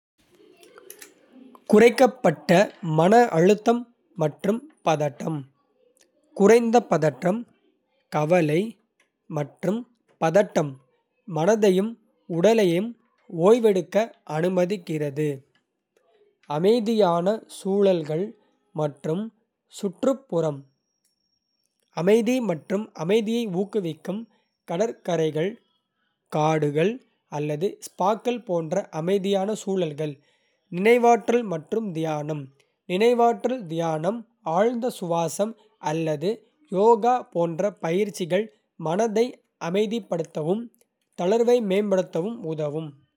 குறைக்கப்பட்ட மன அழுத்தம் மற்றும் பதட்டம்: குறைந்த பதற்றம், கவலை மற்றும் பதட்டம், மனதையும் உடலையும் ஓய்வெடுக்க அனுமதிக்கிறது. அமைதியான சூழல்கள் மற்றும் சுற்றுப்புறம் அமைதி மற்றும் அமைதியை ஊக்குவிக்கும் கடற்கரைகள், காடுகள் அல்லது ஸ்பாக்கள் போன்ற அமைதியான சூழல்கள். நினைவாற்றல் மற்றும் தியானம்: நினைவாற்றல் தியானம், ஆழ்ந்த சுவாசம் அல்லது யோகா போன்ற பயிற்சிகள் மனதை அமைதிப்படுத்தவும், தளர்வை மேம்படுத்தவும் உதவும்.